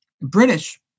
British